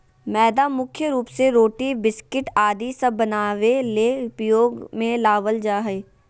मैदा मुख्य रूप से रोटी, बिस्किट आदि सब बनावे ले उपयोग मे लावल जा हय